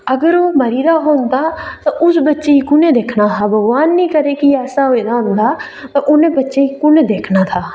अगर ओह् मरी गेदा होंदा ते उस बच्चे गी कुन्नै दिक्खना हा भगवान नेईं करै कि ऐसा होए दा होंदा ते इ'नें बच्चें गी कुन्ने दिक्खना हा